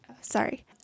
Sorry